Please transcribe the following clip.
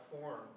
form